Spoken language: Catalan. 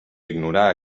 ignorar